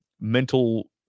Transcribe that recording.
mental